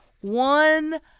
one